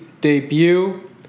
debut